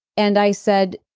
and i said,